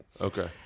okay